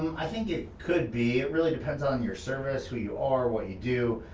i think it could be, it really depends on your service, who you are, what you do,